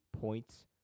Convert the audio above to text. points